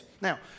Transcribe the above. Now